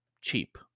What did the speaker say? cheap